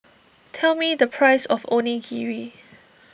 tell me the price of Onigiri